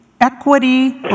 equity